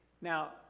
Now